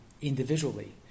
individually